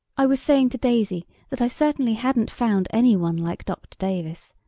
i was saying to daisy that i certainly hadn't found any one like dr. davis,